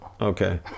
Okay